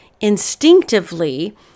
instinctively